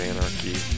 Anarchy